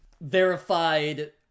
verified